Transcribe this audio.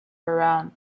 around